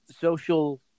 Social